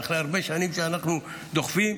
אחרי הרבה שנים שאנחנו דוחפים,